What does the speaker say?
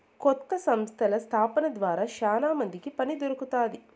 కొత్త సంస్థల స్థాపన ద్వారా శ్యానా మందికి పని దొరుకుతాది